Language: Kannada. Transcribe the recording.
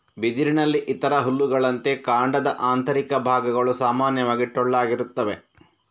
ಬಿದಿರಿನಲ್ಲಿ ಇತರ ಹುಲ್ಲುಗಳಂತೆ, ಕಾಂಡದ ಆಂತರಿಕ ಭಾಗಗಳು ಸಾಮಾನ್ಯವಾಗಿ ಟೊಳ್ಳಾಗಿರುತ್ತವೆ